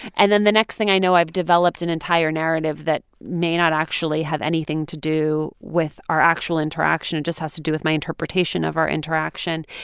and the next thing i know, i've developed an entire narrative that may not actually have anything to do with our actual interaction. it just has to do with my interpretation of our interaction.